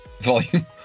volume